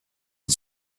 and